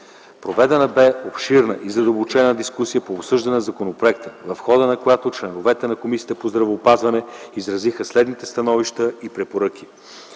Проведена бе обширна и задълбочена дискусия по обсъждане на законопроекта, в хода на която членовете на Комисията по здравеопазването изразиха следните становища и препоръки: